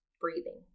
Breathing